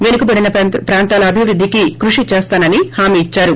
పెనుబడిన ప్రాంతాల అభివృద్ధికి కృషి దేస్తానని హామీ ఇచ్చారు